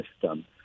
system